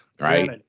right